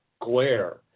glare